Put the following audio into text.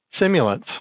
simulants